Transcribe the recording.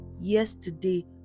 yesterday